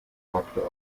hakte